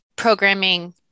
programming